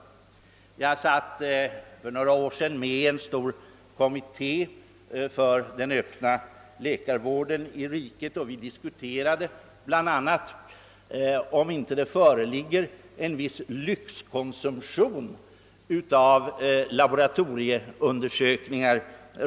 Jag satt för några år sedan i en stor kommitté för den öppna läkarvården i riket, varvid det bl.a. diskuterades om det inte redan föreligger en viss lyxkonsumtion då det gäller laboratorieundersökningar.